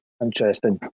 interesting